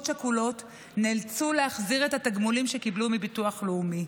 שכולות נאלצו להחזיר את התגמולים שקיבלו מביטוח לאומי.